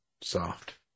soft